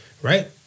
Right